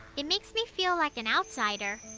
it makes me feel like an outsider.